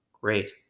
Great